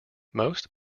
most